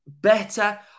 better